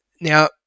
Now